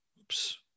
Oops